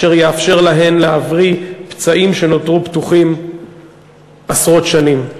אשר יאפשר להן להבריא פצעים שנותרו פתוחים עשרות שנים.